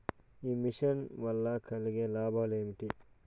ఈ మిషన్ వల్ల కలిగే లాభాలు ఏమిటి?